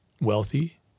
wealthy